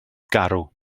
garw